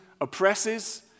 oppresses